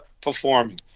performing